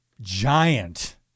giant